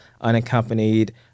unaccompanied